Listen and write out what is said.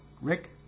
rick